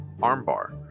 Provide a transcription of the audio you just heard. Armbar